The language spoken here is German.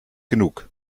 genug